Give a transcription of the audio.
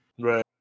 Right